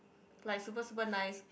like super super nice